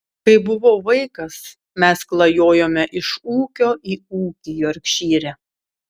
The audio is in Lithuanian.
kai buvau vaikas mes klajojome iš ūkio į ūkį jorkšyre